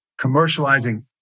commercializing